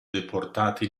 deportati